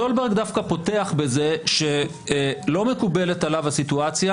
סולברג דווקא פותח בזה שלא מקובלת עליו הסיטואציה